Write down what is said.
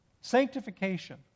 Sanctification